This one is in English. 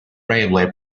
railway